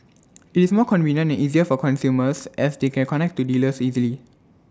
IT is more convenient and easier for consumers as they can connect to dealers directly